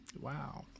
Wow